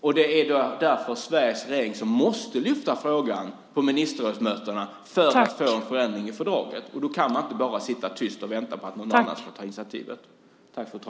Därför måste Sverige lyfta fram frågan på ministerrådsmötena för att få en förändring i fördraget till stånd. Man kan inte bara sitta tyst och vänta på att någon annan ska ta initiativet.